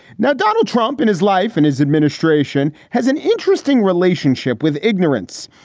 now, donald trump in his life and his administration has an interesting relationship with ignorance.